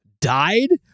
died